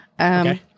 Okay